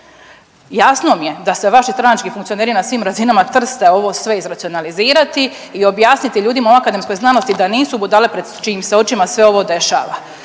Jasno mi je da se vaši stranački funkcioneri na svim razinama .../Govornik se ne razumije./... ovo sve izracionalizirati i objasniti ljudima u akademskoj znanosti da nisu budale pred čijim se očima sve ovo dešava.